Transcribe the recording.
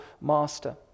master